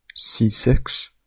c6